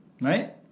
Right